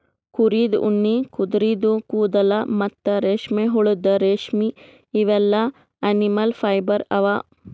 ಕುರಿದ್ ಉಣ್ಣಿ ಕುದರಿದು ಕೂದಲ ಮತ್ತ್ ರೇಷ್ಮೆಹುಳದ್ ರೇಶ್ಮಿ ಇವೆಲ್ಲಾ ಅನಿಮಲ್ ಫೈಬರ್ ಅವಾ